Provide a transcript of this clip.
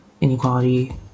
inequality